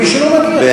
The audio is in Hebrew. ומי שלא מגיע,